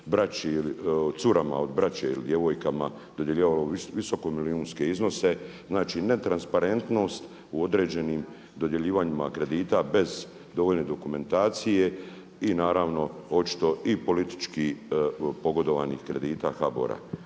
curama od braće ili djevojkama dodjeljivalo visoko milijunske iznose, znači netransparentnost u određenim dodjeljivanjima kredita bez dovoljne dokumentacije i naravno očito i politički pogodovanih kredita HBOR-a.